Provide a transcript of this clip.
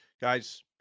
Guys